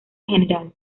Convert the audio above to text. general